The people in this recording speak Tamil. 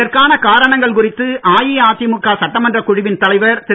இதற்கான காரணங்கள் குறித்து அஇஅதிமுக சட்டமன்றக் குழுவின் தலைவர் திரு